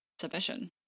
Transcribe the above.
submission